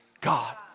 God